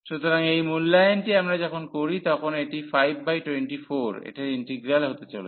সুতরাং এই মূল্যায়নটি আমরা যখন করি তখন এটি 524 এটার ইন্টিগ্রাল হতে চলেছে